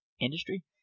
industry